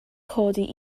codi